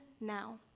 now